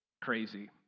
crazy